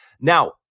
Now